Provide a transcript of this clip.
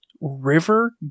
River